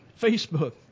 Facebook